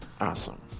Awesome